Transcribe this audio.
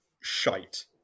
shite